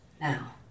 Now